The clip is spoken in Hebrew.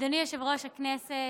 אדוני יושב-ראש הישיבה,